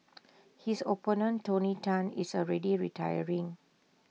his opponent tony Tan is already retiring